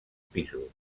pisos